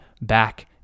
back